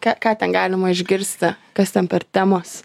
ką ką ten galima išgirsti kas ten per temos